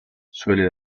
suele